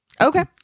Okay